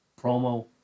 Promo